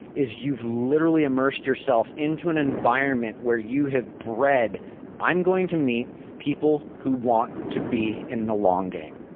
is you've literally immersed yourself into an environment where you have bred i'm going to meet people who want to be in the long game.